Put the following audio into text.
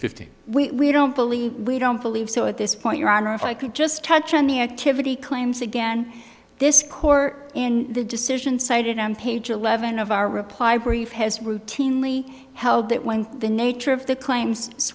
fifty we don't believe we don't believe so at this point your honor if i could just touch on the activity claims again this court in the decision cited on page eleven of our reply brief has routinely held that when the nature of the claims